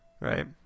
right